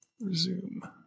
resume